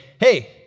hey